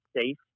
safe